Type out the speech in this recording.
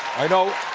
i know